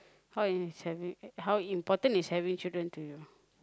how is having how important is having children to you